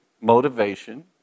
motivation